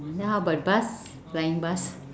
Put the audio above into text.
how about bus flying bus